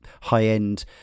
high-end